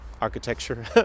architecture